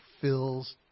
fills